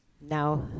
now